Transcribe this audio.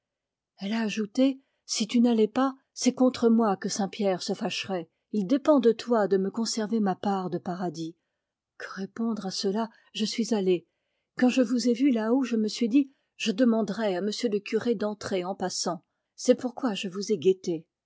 elle a ajouté si tu n'allais pas c'est contre moi que saint pierre se fâcherait il dépend de toi de me conserver ma part de paradis que répondre à cela je suis allée quand je vous ai vu là-haut je me suis dit je demanderai à monsieur le curé d'entrer en passant c'est pourquoi je vous ai guetté